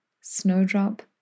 Snowdrop